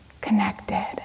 connected